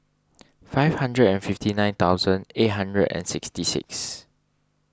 five hundred and fifty nine thousand eight hundred and sixty six